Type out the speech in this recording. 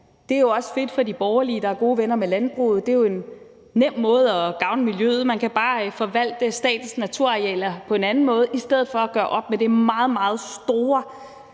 det er også fedt for de borgerlige, der er gode venner med landbruget. Det er jo en nem måde at gavne miljøet på. Man kan bare forvalte statens naturarealer på en anden måde i stedet for at gøre op med det meget, meget